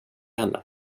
henne